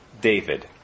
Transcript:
David